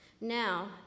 Now